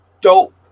dope